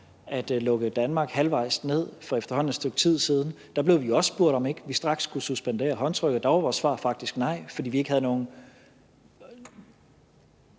at lukke Danmark halvvejs ned for efterhånden et stykke tid siden, blev vi også spurgt, om ikke vi straks skulle suspendere håndtrykket. Og da var vores svar faktisk nej, fordi vi ikke havde noget